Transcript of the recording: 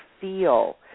feel